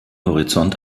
horizont